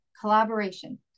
collaboration